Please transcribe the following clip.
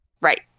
Right